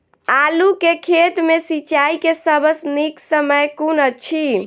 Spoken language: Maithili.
आलु केँ खेत मे सिंचाई केँ सबसँ नीक समय कुन अछि?